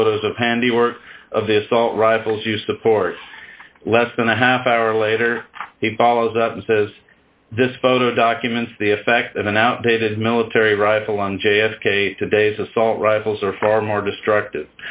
photos of handiwork of this all rivals you support less than a half hour later he follows up and says this photo documents the effect of an outdated military rifle on j f k today's assault rifles are far more destructive